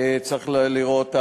צריך לראות.